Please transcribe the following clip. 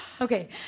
okay